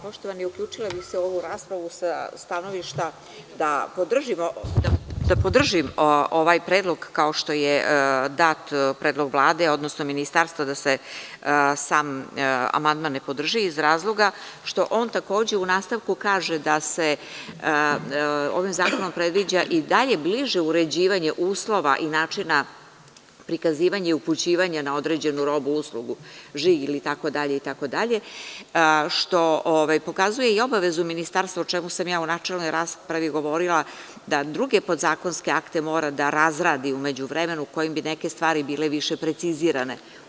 Poštovani, uključila bih se u ovu raspravu da podržim ovaj predlog, kao što je dat predlog Vlade, odnosno ministarstva, da se sam amandman ne podrži iz razloga što on takođe u nastavku kaže da se ovim zakonom predviđa i dalje bliže uređivanje uslova i načina prikazivanja i upućivanja na određenu robu/uslugu, žig, itd, što pokazuje i obavezu ministarstva, o čemu sam ja u načelnoj raspravi govorila, da druge podzakonske akte mora da razradi u međuvremenu kojim bi neke stvari bile više precizirane.